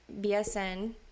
BSN